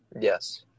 Yes